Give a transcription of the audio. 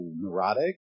neurotic